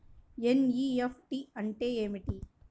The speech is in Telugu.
ఎన్.ఈ.ఎఫ్.టీ అంటే ఏమిటీ?